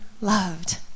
loved